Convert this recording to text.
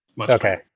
Okay